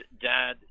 dad